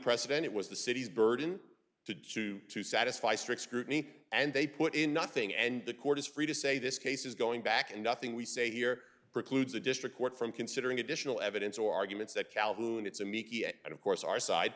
precedent it was the city's burden to sue to satisfy strict scrutiny and they put in nothing and the court is free to say this case is going back and nothing we say here precludes the district court from considering additional evidence or arguments that calhoun it's a meet and of course our side